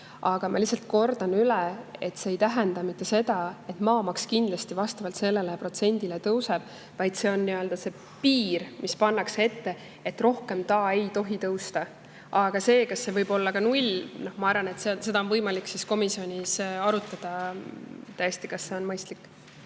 Aga ma lihtsalt kordan üle, et see ei tähenda mitte seda, et maamaks kindlasti vastavalt sellele protsendile tõuseb, vaid see on piir, mis pannakse ette, et rohkem see ei tohi tõusta. Aga kas see võib olla ka 0? Ma arvan, et seda on võimalik komisjonis arutada, kas see on mõistlik.